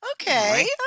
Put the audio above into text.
Okay